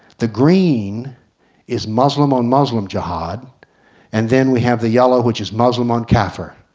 the green is muslim on muslim jihad and then we have the yellow, which is muslim on kaffir.